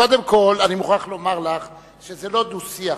קודם כול אני מוכרח לומר לך שזה לא דו-שיח.